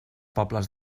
pobles